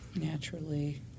Naturally